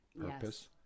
purpose